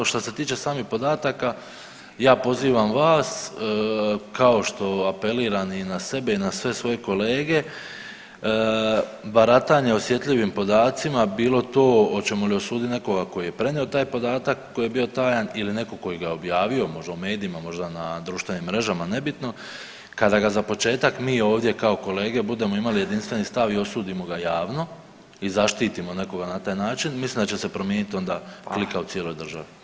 Šta se tiče samih podataka ja pozivam vas, kao što apeliram i na sebe i na sve svoje kolege baratanje osjetljivim podacima bilo to oćemo li osudit nekoga ko je prenio taj podatak koji je bio tajan ili nekog ko ga je objavio možda u medijima, možda na društvenim mrežama, nebitno, kada ga za početak mi ovdje kao kolege budemo imali jedinstveni stav i osudimo ga javno i zaštitimo nekoga na taj način, mislim da će se promijenit onda klika u cijeloj državi.